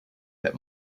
that